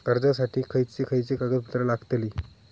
कर्जासाठी खयचे खयचे कागदपत्रा लागतली?